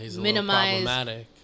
minimize